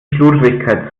schludrigkeit